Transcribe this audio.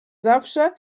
zawsze